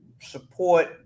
support